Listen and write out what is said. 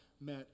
met